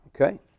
Okay